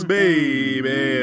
baby